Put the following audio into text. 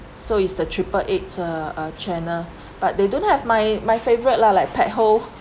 so is the triple eight uh channel but they don't have my my favorite lah like pet ho